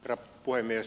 herra puhemies